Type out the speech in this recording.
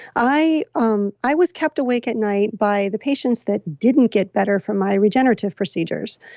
i um i was kept awake at night by the patients that didn't get better from my regenerative procedures.